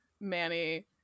Manny